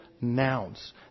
nouns